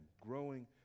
growing